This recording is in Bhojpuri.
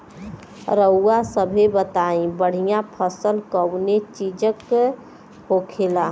रउआ सभे बताई बढ़ियां फसल कवने चीज़क होखेला?